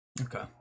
Okay